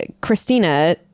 Christina